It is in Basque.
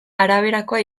araberakoa